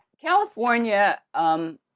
California